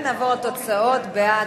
ההצעה להעביר את הצעת חוק